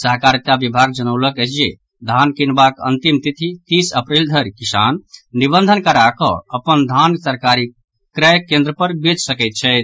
सहकारिता विभाग जनौलक अछि जे धान कीनबाक अंतिम तिथि तीस अप्रैल धरि किसान निबंधन करा कऽ अपन धान सरकारी क्रय केन्द्र पर बेच सकैत छथि